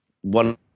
one